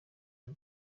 ngo